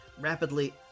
rapidly